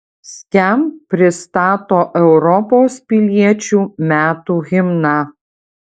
skamp pristato europos piliečių metų himną